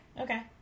okay